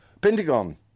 Pentagon